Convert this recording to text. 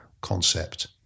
concept